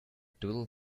doodle